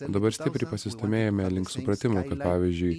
o dabar stipriai pasistūmėjome link supratimo kad pavyzdžiui